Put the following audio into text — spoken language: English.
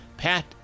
Pat